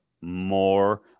more